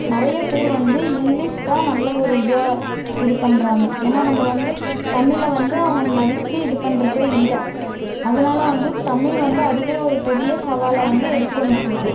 நிறைய பேர் வந்து இங்கிலிஷ் தான் நல்ல ஒரு இதாக இது பண்ணுறாங்க ஏன்னா நம்ம வந்து தமிழை வந்து அவங்க மதித்து இது பண்ணுறதே இல்லை அதனால் வந்து தமிழ் வந்து அதுவே ஒரு பெரிய சவாலை வந்து எதிர்கொண்டுகிட்டு இருக்குது